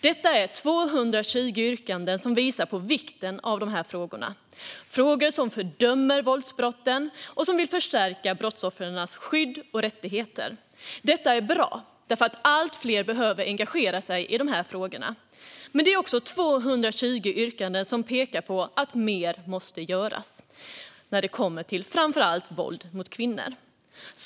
Detta är 220 yrkanden som visar på vikten av dessa frågor och där man fördömer våldsbrotten och vill förstärka brottsoffrens skydd och rättigheter. Detta är bra därför att allt fler behöver engagera sig i dessa frågor. Men det är också 220 yrkanden som pekar på att mer måste göras när det kommer till framför allt våld mot kvinnor.